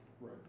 Right